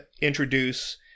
introduce